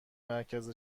مرکز